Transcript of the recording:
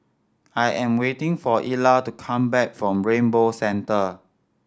I am waiting for Ella to come back from Rainbow Centre